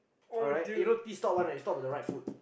alright you know T stop [one] right you stop on the right foot